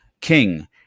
King